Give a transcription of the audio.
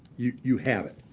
you you have it.